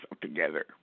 together